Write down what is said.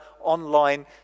online